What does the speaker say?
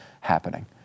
happening